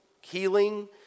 healing